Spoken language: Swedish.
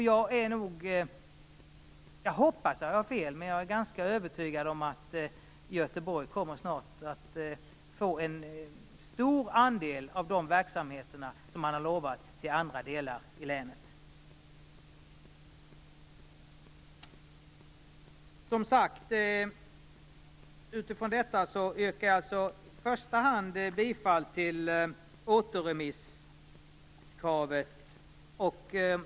Jag hoppas att jag har fel, men jag är ganska övertygad om att Göteborg snart kommer att få en stor andel av de verksamheter som man har lovat andra delar av länet. Utifrån det yrkar jag i första hand bifall till återremisskravet.